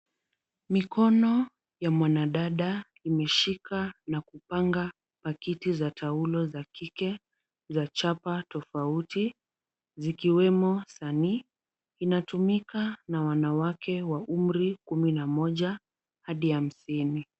Mikono ya mwanadada imeshika na kupanga pakiti za taulo za kike za chapa tofauti zikiwemo sanii . Inatumika na wanawake wa umri kumi na moja hadi hamsini.